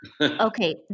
Okay